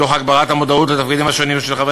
תוך הגברת המודעות לתפקידים השונים של חברי